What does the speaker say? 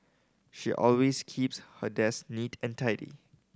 she always keeps her desk neat and tidy